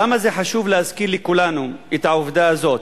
למה זה חשוב להזכיר לכולנו את העובדה הזאת?